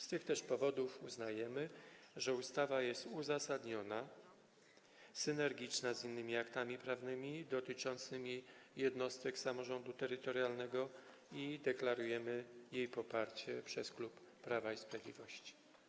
Z tych też powodów uznajemy, że ustawa jest uzasadniona, synergiczna z innymi aktami prawnymi dotyczącymi jednostek samorządu terytorialnego i deklarujemy jej poparcie przez klub Prawa i Sprawiedliwości.